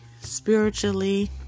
spiritually